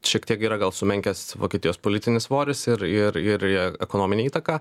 šiek tiek yra gal sumenkęs vokietijos politinis svoris ir ir ir ekonominė įtaka